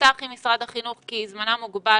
נפתח עם משרד החינוך משום שזמנם מוגבל